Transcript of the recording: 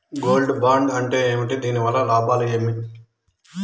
Gold bond అంటే ఏమి? దీని వల్ల లాభాలు ఏమి?